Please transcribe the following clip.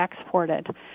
exported